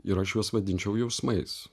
ir aš juos vadinčiau jausmais